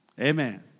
Amen